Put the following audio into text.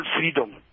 freedom